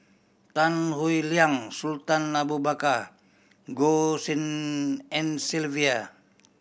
Tan Howe Liang Sultan Abu Bakar Goh Tshin En Sylvia